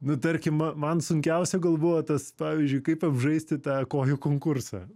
nu tarkim ma man sunkiausia gal buvo tas pavyzdžiui kaip apžaisti tą kojų konkursą